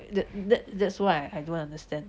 that that that's why I I don't understand